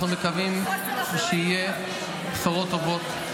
אנחנו מקווים שיהיו בשורות טובות.